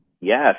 Yes